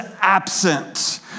absent